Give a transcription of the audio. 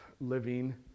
living